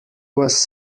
was